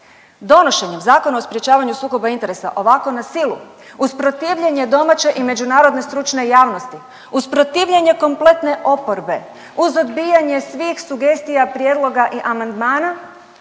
Donošenjem Zakona o sprječavanju sukoba interesa ovako na silu uz protivljenje domaće i međunarodne stručne javnosti, uz protivljenje kompletne oporbe, uz odbijanje svih sugestija, prijedloga i amandmana